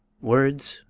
words.